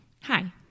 Hi